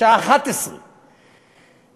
בשעה 11:00,